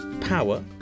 power